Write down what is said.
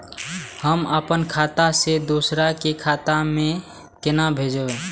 हम आपन खाता से दोहरा के खाता में केना भेजब?